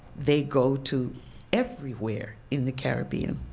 they go to everywhere in the caribbean.